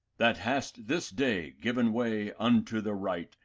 that hast this day given way unto the right,